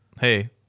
hey